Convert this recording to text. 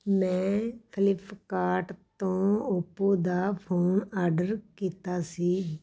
ਮੈਂ ਫਲਿਪਕਾਡ ਤੋਂ ਓਪੋ ਦਾ ਫੋਨ ਆਡਰ ਕੀਤਾ ਸੀ